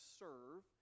serve